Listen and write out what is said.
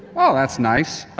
oh, that's nice.